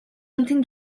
амьтан